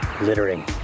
Littering